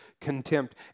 contempt